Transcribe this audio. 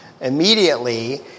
immediately